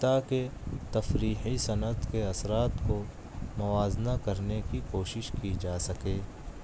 تاکہ تفریحی صنعت کے اثرات کو موازنہ کر نے کی کوشش کی جاسکے